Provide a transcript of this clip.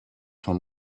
von